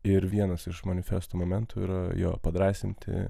ir vienas iš manifestų momentų yra jo padrąsinti